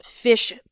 fish